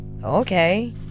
Okay